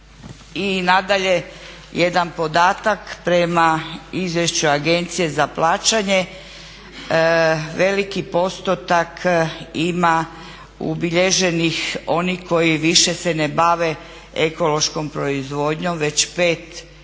I nadalje jedan podatak prema izvješću Agencije za plaćanje veliki postotak ima ubilježenih onih koji više se ne bave ekološkom proizvodnjom već 5 ili